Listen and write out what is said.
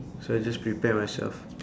so I just prepare myself